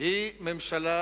היא ממשלה